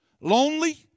Lonely